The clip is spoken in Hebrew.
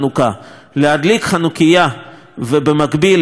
להדליק חנוכייה ובמקביל לתקוף את מדינת